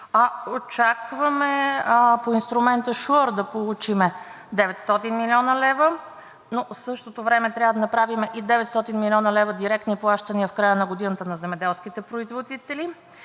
Очакваме по инструмента „Шуър“ да получим 900 млн. лв., но в същото време трябва да направим и 900 млн. лв. директни плащания в края на годината на земеделските производители.